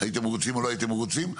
האם היו מרוצים או לא היו מרוצים וכולי.